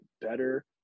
better